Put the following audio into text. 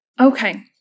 Okay